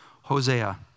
Hosea